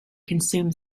consume